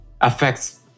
affects